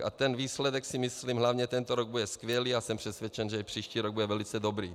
A ten výsledek, si myslím, hlavně tento rok, bude skvělý a jsem přesvědčen, že i příští rok bude velice dobrý.